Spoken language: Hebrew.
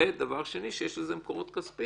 ודבר שני, שיש לזה מקורות כספיים.